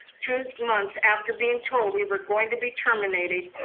two months after being told we were going to be terminating,